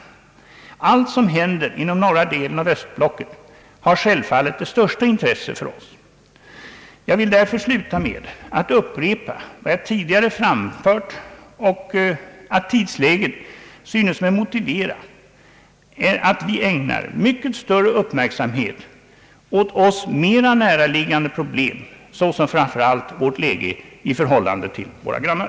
Allt som händer inom norra delen av östblocket har självfallet det största intresse för oss. Jag vill därför sluta med att upprepa vad jag tidigare framfört, att tidsläget synes mig motivera att vi ägnar mycket större uppmärksamhet åt oss mera näraliggande problem, såsom framför allt vårt förhållande till våra grannar.